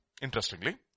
Interestingly